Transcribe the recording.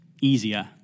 easier